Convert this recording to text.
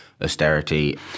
austerity